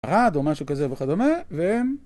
רעד או משהו כזה, וכדומה, והם...